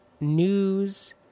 news